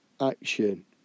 Action